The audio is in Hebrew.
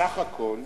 בסך-הכול,